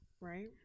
Right